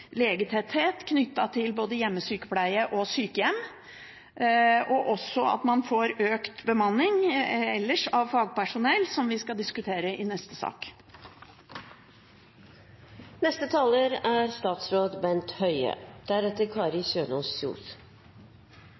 legetetthet knyttet til både hjemmesykepleie og sykehjem, og at man får økt bemanning ellers av fagpersonell, som vi skal diskutere i neste sak.